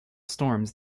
storms